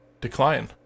decline